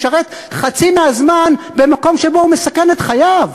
שמשרת חצי מהזמן במקום שבו הוא מסכן את חייו.